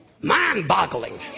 mind-boggling